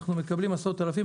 אנחנו מקבלים עשרות אלפים,